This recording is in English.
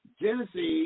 Genesis